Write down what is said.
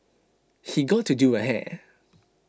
she got to do her hair